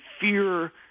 fear